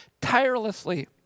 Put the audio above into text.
tirelessly